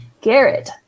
Garrett